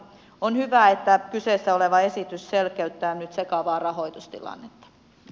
on hyvä että kyseessä oleva esitys selkeyttää nyt sekavaa rahoitustilannetta